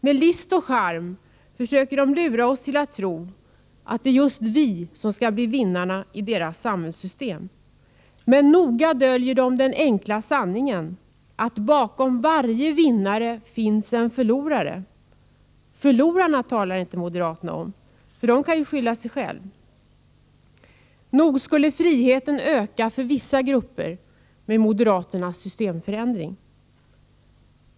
Med list och charm försöker de lura oss till att tro att det är just vi som skall bli vinnarna i deras samhällssystem. Men noga döljer de den enkla sanningen: Bakom varje vinnare finns en förlorare. Förlorarna talar inte moderaterna om, för de kan ju skylla sig själva. Nog skulle friheten öka för vissa grupper med moderaternas systemförändring.